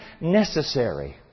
necessary